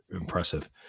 impressive